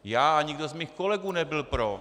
Já a nikdo z mých kolegů nebyl pro.